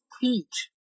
teach